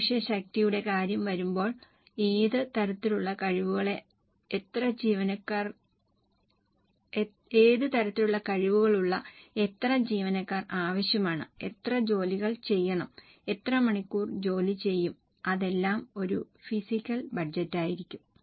മനുഷ്യശക്തിയുടെ കാര്യം വരുമ്പോൾ ഏത് തരത്തിലുള്ള കഴിവുകളുള്ള എത്ര ജീവനക്കാർ ആവശ്യമാണ് എത്ര ജോലികൾ ചെയ്യണം എത്ര മണിക്കൂർ ജോലി ചെയ്യും അതെല്ലാം ഒരു ഫിസിക്കൽ ബജറ്റായിരിക്കും